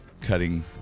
cutting